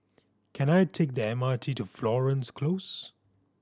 can I take the M R T to Florence Close